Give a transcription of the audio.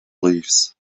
leaves